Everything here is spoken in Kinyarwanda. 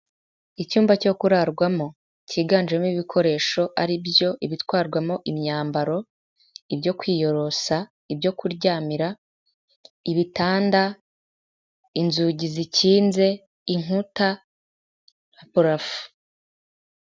Icyumba cyo kurarwamo cyiganjemo ibikoresho ari byo ibitwarwamo imyambaro, ibyo kwiyorosa, ibyo kuryamira, ibitanda, inzugi zikinze, inkuta na porafo.